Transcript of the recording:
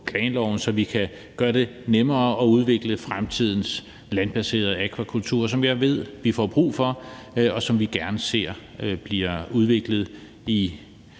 planloven, så vi kan gøre det nemmere at udvikle fremtidens landbaserede akvakultur, som jeg ved at vi får brug for, og som vi gerne ser bliver udviklet